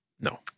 No